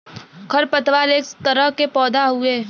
खर पतवार एक तरह के पौधा हउवे